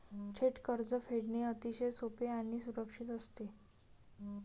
थेट कर्ज फेडणे अतिशय सोपे आणि सुरक्षित असते